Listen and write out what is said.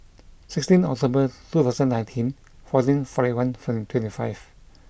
sixteen October two thousand nineteen fourteen forty one forty twenty five